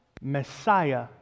Messiah